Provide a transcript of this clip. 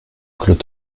clos